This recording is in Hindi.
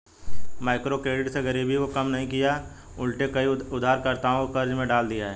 माइक्रोक्रेडिट ने गरीबी को कम नहीं किया उलटे कई उधारकर्ताओं को कर्ज में डाल दिया है